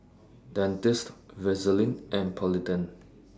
Dentiste Vaselin and Polident